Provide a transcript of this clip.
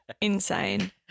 insane